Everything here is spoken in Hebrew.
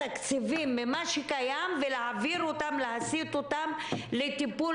ממה שקיים ולהעביר ולהסיט אותם לטיפול